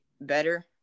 better